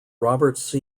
robert